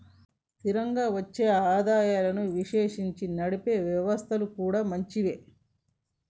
స్థిరంగా వచ్చే ఆదాయాలను విశ్లేషించి నడిపే వ్యవస్థలు కూడా మంచివే